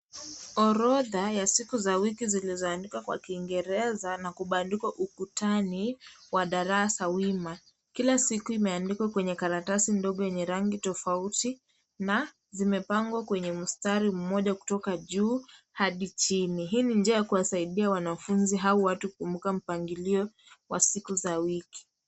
Orodha ya siku za wiki zilizoandikwa kwa kiingereza na kubandikwa ukutani wa darasa wima. Kila siku imeandikwa kwenye karatasi ndogo yenye rangi tofauti na zimepangwa kwenye mstari moja kutoka juu hadi chini. Hii ni njia ya kuwasaidia wanafunzi au watu kukumbuka mpangilio wa siku za wiki.